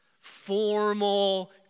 formal